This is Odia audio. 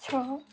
ଛଅ